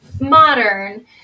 modern